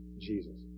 Jesus